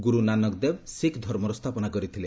ଗୁରୁ ନାନକଦେବ ଶିଖ୍ ଧର୍ମର ସ୍ଥାପନା କରିଥିଲେ